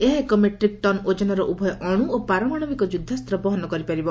ଏହା ଏକ metric tonne ଓଜନର ଉଭୟ ଅଣୁ ଓ ପାରମାଣବିକ ଯୁଦ୍ଧାସ୍ତ ବହନ କରିପାରିବ